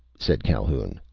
said calhoun.